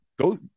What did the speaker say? Go